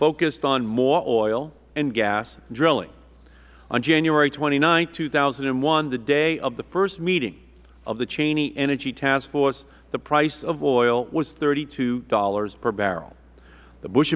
focused on more oil and gas drilling on january twenty nine two thousand and one the day of the first meeting of the cheney energy task force the price of oil was thirty two dollars per barrel the bush